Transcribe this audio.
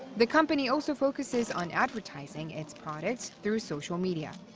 the company also focuses on advertising its products through social media.